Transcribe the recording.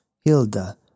Hilda